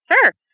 Sure